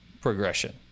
progression